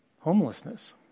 Homelessness